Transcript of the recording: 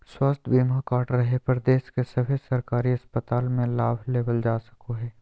स्वास्थ्य बीमा कार्ड रहे पर देश के सभे सरकारी अस्पताल मे लाभ लेबल जा सको हय